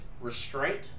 Restraint